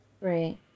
Right